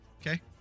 Okay